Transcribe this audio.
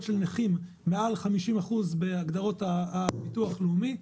של נכים עם נכות של מעל 50% בהגדרות הביטוח הלאומי,